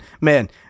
man